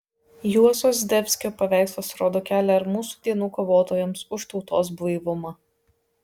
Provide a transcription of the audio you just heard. juozo zdebskio paveikslas rodo kelią ir mūsų dienų kovotojams už tautos blaivumą